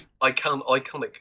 iconic